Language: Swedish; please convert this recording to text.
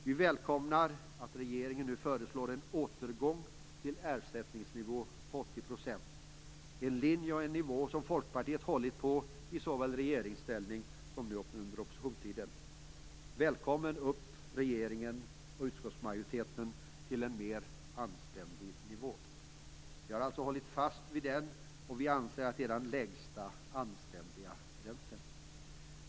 Vi välkomnar också att regeringen nu föreslår en återgång till en ersättningsnivå på 80 %- en linje och en nivå som Folkpartiet hållit på i såväl regeringsställning som nu under oppositionstiden. Välkommen upp, regeringen och utskottsmajoriteten, till en mer anständig nivå! Vi har hållit fast vid 80-procentsnivån och anser att den är den lägsta anständiga gränsen.